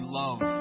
love